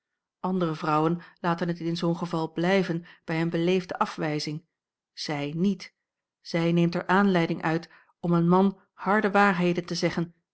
andere vrouwen laten het in zoo'n geval blijven bij een beleefde afwijzing zij niet zij neemt er aanleiding uit om een man harde waarheden te zeggen